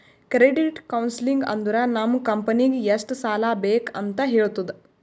credit counselling ಅಂದುರ್ ನಮ್ ಕಂಪನಿಗ್ ಎಷ್ಟ ಸಾಲಾ ಬೇಕ್ ಅಂತ್ ಹೇಳ್ತುದ